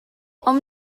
ond